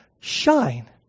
shine